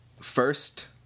first